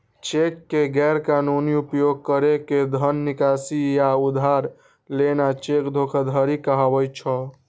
cheque के गैर कानूनी उपयोग कैर के धन निकासी या उधार लेना चेक धोखाधड़ी कहाबै छै